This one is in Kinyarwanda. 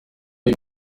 uyu